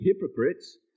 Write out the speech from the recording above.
hypocrites